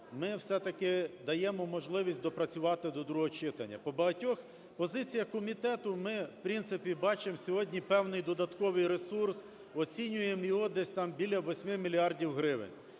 ми все-таки даємо можливість доопрацювати до другого читання. По багатьох позиціях комітету ми, в принципі, бачимо сьогодні певний додатковий ресурс, оцінюємо його там десь біля 8 мільярдів гривень.